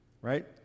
right